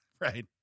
Right